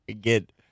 get